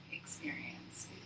experience